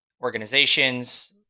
organizations